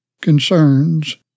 concerns